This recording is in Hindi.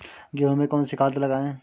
गेहूँ में कौनसी खाद लगाएँ?